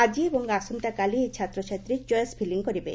ଆଜି ଏବଂ ଆସନ୍ତା କାଲି ଏହି ଛାତ୍ରଛାତ୍ରୀ ଚଏସ୍ ଫିଲିଂ କରିବେ